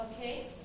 okay